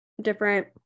different